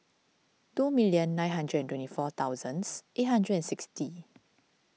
two million nine hundred and twenty four thousands eight hundred and sixty